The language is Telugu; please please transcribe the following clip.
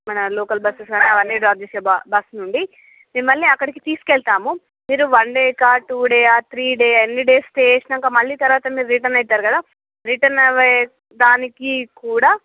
మన లోకల్ బస్సెస్ అవన్నీ డ్రాప్ చేసే బ బస్సునుండి మిమ్మల్ని అక్కడికి తీసుకెళ్తాము మీరు వన్ డేకా టు డే ఆ త్రీ డే ఎన్ని డేస్ స్టే చేసినంకా మళ్ళీ తర్వాత మీరు రిటర్న్ అవుతారు కదా రిటర్న్ అయ్యే దానికి కూడా